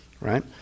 right